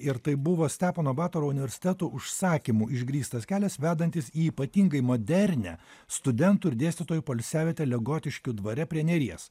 ir tai buvo stepono batoro universiteto užsakymu išgrįstas kelias vedantis į ypatingai modernią studentų ir dėstytojų poilsiavietę legotiškių dvare prie neries